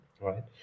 Right